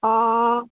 অঁ